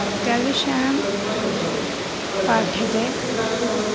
इत्यादिविषयाणां पाठ्यते